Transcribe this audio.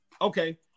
Okay